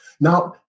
Now